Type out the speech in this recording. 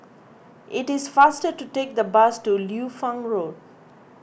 it is faster to take the bus to Liu Fang Road